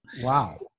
Wow